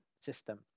system